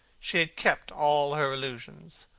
she had kept all her illusions.